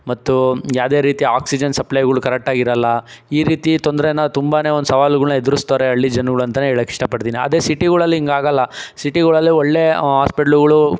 ಮತ್ತು ಯಾವುದೇ ರೀತಿ ಆಕ್ಸಿಜನ್ ಸಪ್ಲೈಗಳು ಕರೆಕ್ಟಾಗಿರಲ್ಲ ಈ ರೀತಿ ತೊಂದ್ರೆನ ತುಂಬನೇ ಒಂದು ಸವಾಲುಗಳನ್ನ ಎದುರಿಸ್ತಾರೆ ಹಳ್ಳಿ ಜನಗಳು ಅಂತಲೇ ಹೇಳೋಕೆ ಇಷ್ಟಪಡ್ತೀನಿ ಅದೇ ಸಿಟಿಗಳಲ್ಲಿ ಹಿಂಗೆ ಆಗಲ್ಲ ಸಿಟಿಗಳಲ್ಲಿ ಒಳ್ಳೆ ಹಾಸ್ಪಿಟ್ಲುಗಳು